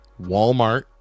Walmart